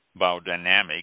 biodynamic